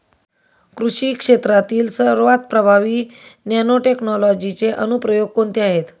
कृषी क्षेत्रातील सर्वात प्रभावी नॅनोटेक्नॉलॉजीचे अनुप्रयोग कोणते आहेत?